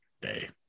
day